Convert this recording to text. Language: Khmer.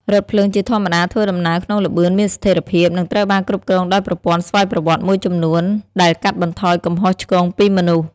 រថភ្លើងជាធម្មតាធ្វើដំណើរក្នុងល្បឿនមានស្ថិរភាព និងត្រូវបានគ្រប់គ្រងដោយប្រព័ន្ធស្វ័យប្រវត្តិមួយចំនួន ដែលកាត់បន្ថយកំហុសឆ្គងពីមនុស្ស។